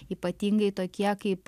ypatingai tokie kaip